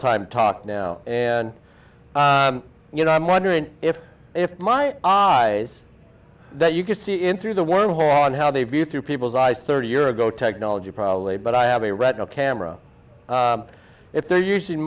time talk now and you know i'm wondering if if my eyes that you can see in through the wormhole and how they view through people's eyes thirty year ago technology probably but i have a retinal camera if they're using